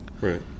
right